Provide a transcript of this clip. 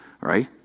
right